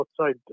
outside